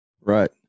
Right